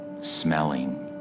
smelling